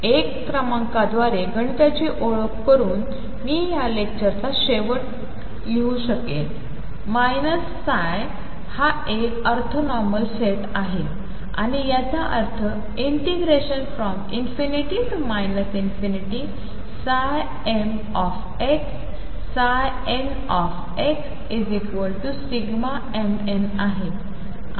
1 क्रमांकाद्वारे गणिताची ओळख करुन मी या लेक्चरचा शेवट लिहू शकेन ψ हा एक ऑर्थोनॉर्मल सेट आहे आणि याचा अर्थ ∞mxnxmn आहे